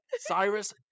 Cyrus